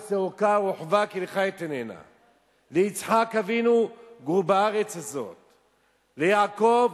לאָרכה ולרָחבה כי לך אתננה"; ליצחק אבינו: "גור בארץ הזאת"; ליעקב: